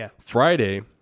Friday